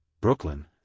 Brooklyn